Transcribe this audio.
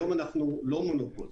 היום אנחנו לא מונופול.